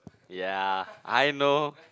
ya I know